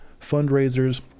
fundraisers